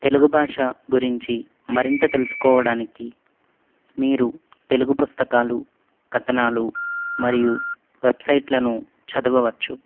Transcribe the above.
తెలుగు భాష గురించి మరింత తెలుసుకోవడానికి మీరు తెలుగు పుస్తకాలు కథనాలు మరియు వెబ్సైట్లను చదవవచ్చు